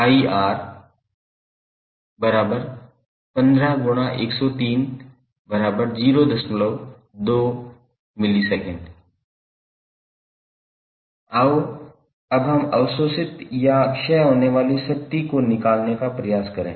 𝐺1𝑅15∗10302 mS आओ अब हम अवशोषित या क्षय होने वाली शक्ति को निकलते का प्रयास करें